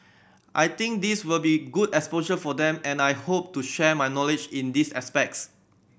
I think this will be good exposure for them and I hope to share my knowledge in these aspects